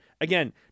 Again